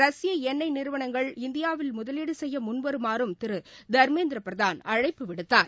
ரஷ்ய என் ணெய் நிறுவனங்கள் இந்தியாவில் முதலீடு செய்ய முன வருமாறும் திரு தர்மேந்திரபிரதான் அழைப்பு விடுத்தார்